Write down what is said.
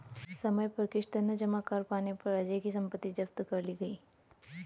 समय पर किश्त न जमा कर पाने पर अजय की सम्पत्ति जब्त कर ली गई